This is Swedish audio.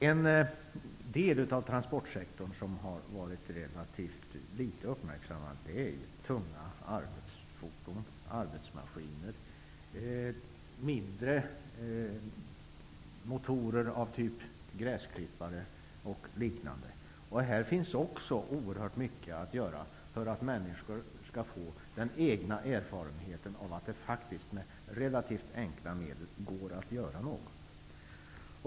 En del av transportsektorn som har varit relativt litet uppmärksammad är tunga arbetsfordon, arbetsmaskiner och mindre motorer av typ gräsklippare m.m. På det området finns också oerhört mycket att göra för att människor skall få egen erfarenhet av att det faktiskt går att göra något med relativt enkla medel.